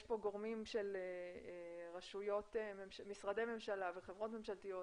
יש פה גורמים של משרדי ממשלה וחברות ממשלתיות